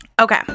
Okay